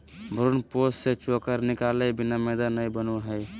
भ्रूणपोष से चोकर निकालय बिना मैदा नय बनो हइ